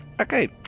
Okay